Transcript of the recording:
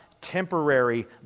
temporary